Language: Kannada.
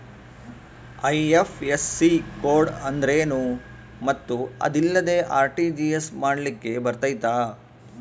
ಐ.ಎಫ್.ಎಸ್.ಸಿ ಕೋಡ್ ಅಂದ್ರೇನು ಮತ್ತು ಅದಿಲ್ಲದೆ ಆರ್.ಟಿ.ಜಿ.ಎಸ್ ಮಾಡ್ಲಿಕ್ಕೆ ಬರ್ತೈತಾ?